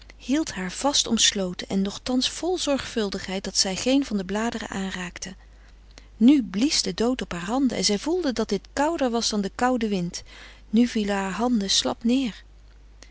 hield haar vast omsloten en nogtans vol zorgvuldigheid dat zij geen van de bladeren aanraakte nu blies de dood op haar handen en zij voelde dat dit kouder was dan de koude wind nu vielen haar handen slap neer